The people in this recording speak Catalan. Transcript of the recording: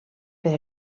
per